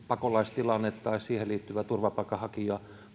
pakolaistilanne tai siihen liittyvä turvapaikanhakija